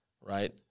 right